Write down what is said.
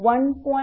78071